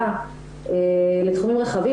הם נמצאים בצל יחסי כוח --- ד"ר חסאן,